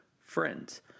friends